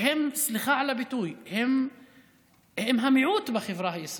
והם, סליחה על הביטוי, הם המיעוט בחברה הישראלית.